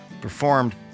performed